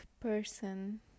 person